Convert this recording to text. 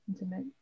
intimate